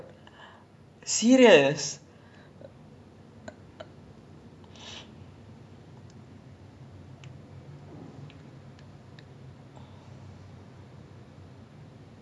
ya unpopular opinion I know I know but I feel like I I don't know what's other people's reason for supporting D_C but my personal reason is that I feel D_C is more grounded and realistic